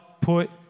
put